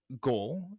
goal